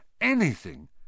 Anything